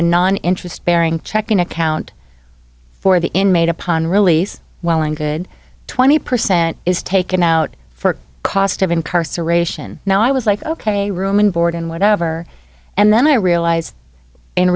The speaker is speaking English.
a non interest bearing checking account for the inmate upon release well and good twenty percent is taken out for cost of incarceration now i was like ok room and board and whatever and then i realize